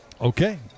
Okay